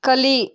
ಕಲಿ